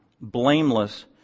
blameless